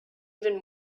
even